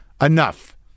enough